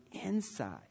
inside